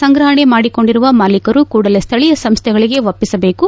ಸಂಗ್ರಹಣಿ ಮಾಡಿಕೊಂಡಿರುವ ಮಾಲೀಕರು ಕೂಡಲೇ ಸ್ಥಳೀಯ ಸಂಸ್ಥೆಗಳಿಗೆ ಒಪ್ಪಿಸಬೇಕು